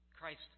Christ